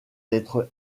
lettre